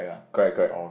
correct correct